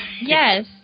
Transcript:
Yes